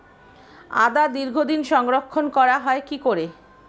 আদা দীর্ঘদিন সংরক্ষণ করা হয় কি করে?